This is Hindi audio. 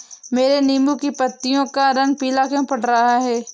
मेरे नींबू की पत्तियों का रंग पीला क्यो पड़ रहा है?